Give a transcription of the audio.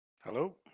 Hello